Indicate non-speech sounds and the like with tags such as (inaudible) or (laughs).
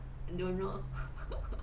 don't know (laughs)